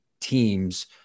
teams